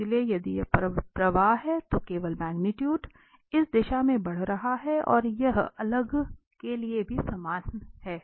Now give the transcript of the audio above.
इसलिए यदि यह प्रवाह है तो केवल मैग्निट्यूड इस दिशा में बढ़ रहा है और यह अगले के लिए भी समान है